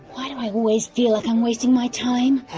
i always feel like i'm wasting my time?